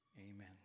amen